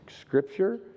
Scripture